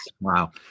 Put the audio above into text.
Wow